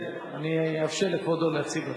כן, אני אאפשר לכבודו להציג אותו.